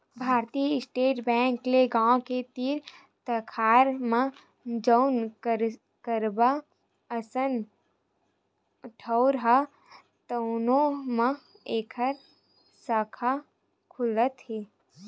भारतीय state bank के गाँव के तीर तखार म जउन कस्बा असन ठउर हे तउनो म एखर साखा खुलत हे